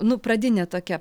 nu pradinė tokia